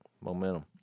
momentum